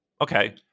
okay